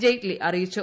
ജെയ്റ്റ്ലി അറിയിച്ചു